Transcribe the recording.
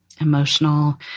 emotional